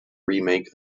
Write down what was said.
remake